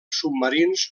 submarins